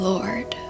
Lord